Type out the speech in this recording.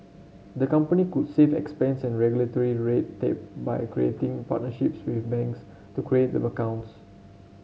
the company could save expense and regulatory red tape by creating partnerships with banks to create the accounts